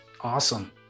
awesome